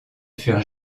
furent